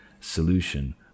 solution